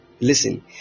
listen